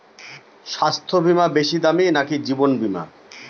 স্বাস্থ্য বীমা বেশী দামী নাকি জীবন বীমা?